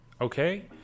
Okay